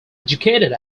educated